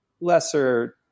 lesser